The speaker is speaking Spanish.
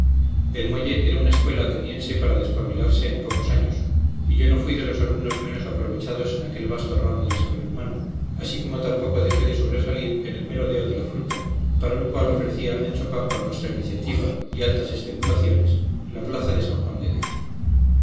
el muelle era una escuela ateniense para despabilarse en pocos años y yo no fui de los alumnos menos aprovechados en aquel vasto ramo del saber humano así como tampoco dejé de sobresalir en el merodeo de la fruta para lo cual ofrecía ancho campo a nuestra iniciativa y altas especulaciones la plaza de san juan de dios